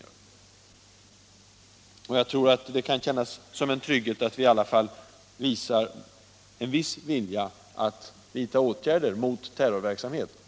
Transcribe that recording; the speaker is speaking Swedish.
det ligger även i invandrarnas intresse att vi är beredda att vidta åtgärder mot terrorverksamhet.